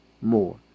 more